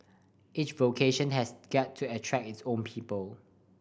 each vocation has got to attract its own people